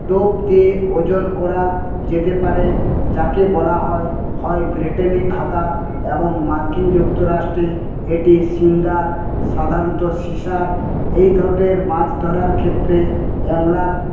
টোপ দিয়ে ওজন করা যেতে পারে যাকে বলা হয় হয় ব্রিটেনে খাতা এবং মার্কিন যুক্তরাষ্ট্রে এটি সিঙ্গার সাধারনত সীসার এই ধরনের মাছ ধরার ক্ষেত্রে অ্যাঙ্গলার